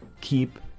keep